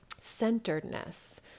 centeredness